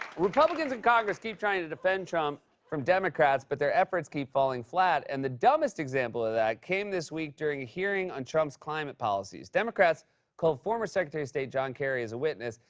republicans in congress keep trying to defend trump from democrats, but their efforts keep falling flat. and the dumbest example of that came this week during a hearing on trump's climate policies. democrats called former secretary of state john kerry as a witness,